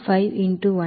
5 into 120 into 0